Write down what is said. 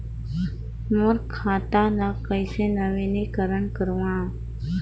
मोर खाता ल कइसे नवीनीकरण कराओ?